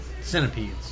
Centipedes